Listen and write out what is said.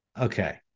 Okay